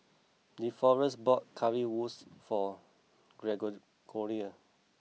Deforest bought Currywurst for Gregorio